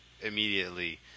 immediately